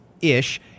ish